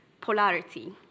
polarity